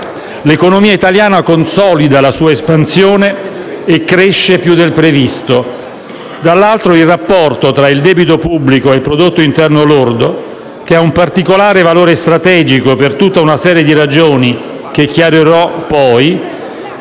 l'economia italiana consolida la sua espansione e cresce più del previsto; dall'altro, il rapporto tra il debito pubblico e il prodotto interno lordo, che ha un particolare valore strategico per tutta una serie di ragioni che chiarirò in